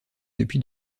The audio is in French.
depuis